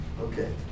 Okay